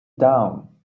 down